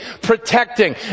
protecting